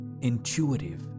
intuitive